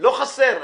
לא חסר.